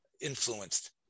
influenced